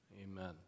Amen